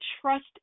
trust